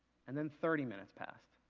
and then thirty minutes passed.